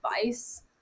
advice